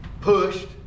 pushed